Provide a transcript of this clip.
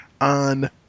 on